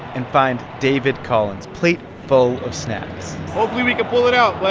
and find david collins' plate full of snacks hopefully, we could pull it out.